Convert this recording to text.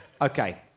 Okay